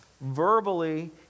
verbally